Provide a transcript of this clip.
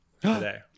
today